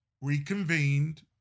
reconvened